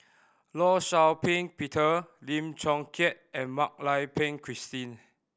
Law Shau Ping Peter Lim Chong Keat and Mak Lai Peng Christine